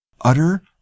utter